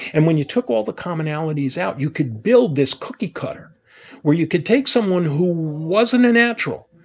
and when you took all the commonalities out, you could build this cookie cutter where you could take someone who wasn't a natural,